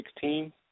team